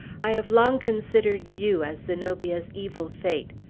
i have long considered you as zenobia's evil fate.